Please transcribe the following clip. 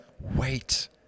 Wait